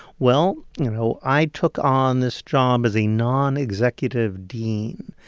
well, you know, i took on this job as a nonexecutive dean.